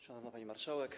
Szanowna Pani Marszałek!